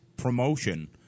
promotion